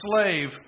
slave